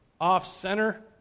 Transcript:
off-center